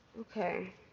Okay